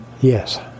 Yes